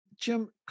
Jim